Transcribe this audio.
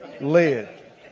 led